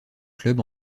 club